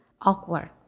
awkward